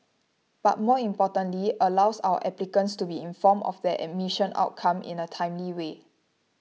but more importantly allows our applicants to be informed of their admission outcome in a timely way